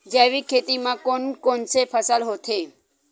जैविक खेती म कोन कोन से फसल होथे?